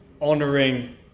honoring